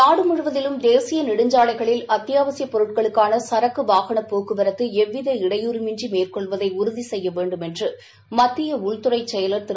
நாடு முழுவதிலும் தேசிய நெடுஞ்சாலைகளில் அத்தியாவசிய பொருட்களுக்கான சரக்கு வாகன போக்குவரத்து எவ்வித இடையூரின்றி மேற்கொள்வதை உறுதி செய்ய வேண்டும் என்று மத்திய உள்துறை செயலர் திரு